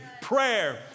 Prayer